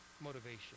motivation